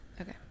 Okay